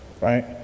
right